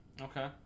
okay